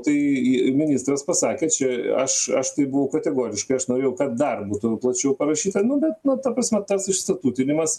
tai i ministras pasakė čia aš aš tai buvau kategoriškai aš norėjau kad dar būtų plačiau parašyta nu bet nu ta prasme tas išstatutinimas